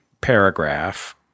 paragraph